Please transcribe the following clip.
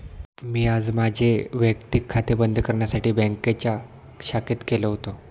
मी आज माझे वैयक्तिक खाते बंद करण्यासाठी बँकेच्या शाखेत गेलो होतो